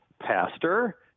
pastor